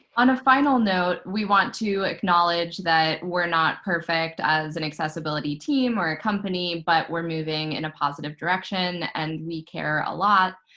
on a final note, we want to acknowledge that we're not perfect as an accessibility team or a company. but we're moving in a positive direction, and we care a lot.